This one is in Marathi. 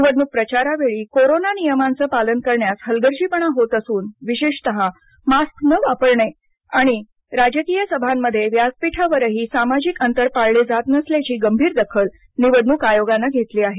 निवडणूक प्रचारावेळी कोरोना नियमांचं पालन करण्यात हलगर्जीपणा होत असून विशेषतः मास्क न वापरणे आणि राजकीय सभांमध्ये व्यासपीठावरही सामाजिक अंतर पाळले जात नसल्याची गंभीर दखल निवडणूक आयोगानं घेतली आहे